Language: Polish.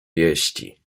wieści